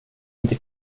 inte